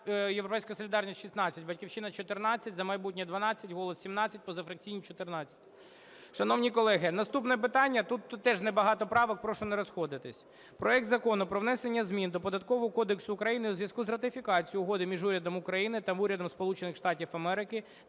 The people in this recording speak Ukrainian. "Європейська солідарність" – 16,"Батьківщина" – 14, "За майбутнє" – 12, "Голос" – 17, позафракційні – 14. Шановні колеги, наступне питання, тут теж не багато правок, прошу не розходитися. Проект Закону про внесення змін до Податкового кодексу України у зв'язку з ратифікацією Угоди між Урядом України та Урядом